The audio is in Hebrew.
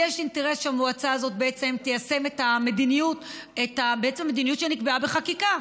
לי יש אינטרס שהמועצה הזאת בעצם תיישם את המדיניות שנקבעה בחקיקה,